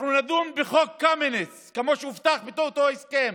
אנחנו נדון בחוק קמיניץ כמו שהובטח באותו הסכם,